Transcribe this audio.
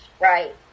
right